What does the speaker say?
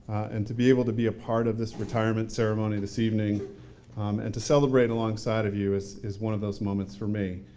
and to be able to be a part of this retirement ceremony this evening and to celebrate alongside of you, is is one of those moments for me.